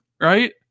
right